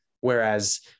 Whereas